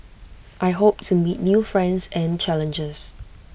I hope to meet new friends and challenges